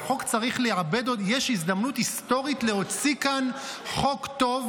יש הזדמנות היסטורית להוציא כאן חוק טוב.